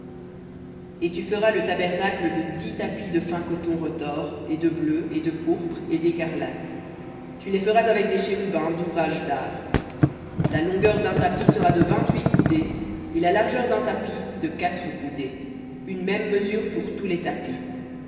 et tu feras le tabernacle de dix tapis de fin coton retors et de bleu et de pourpre et d'écarlate tu les feras avec des chérubins douvrage dart la longueur d'un tapis sera de vingt-huit coudées et la largeur d'un tapis de quatre coudées une même mesure pour tous les tapis